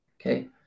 Okay